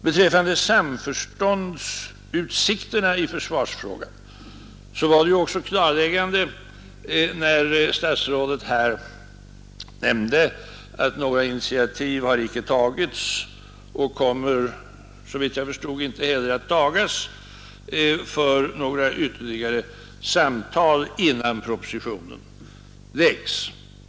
Beträffande samförståndsutsikterna i försvarsfrågan var det också klarläggande när statsrådet nämnde att några initiativ icke tagits och kommer, såvitt jag förstod, icke heller att tagas för några ytterligare samtal innan propositionen framläggs.